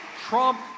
Trump